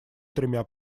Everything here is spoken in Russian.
тремя